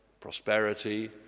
prosperity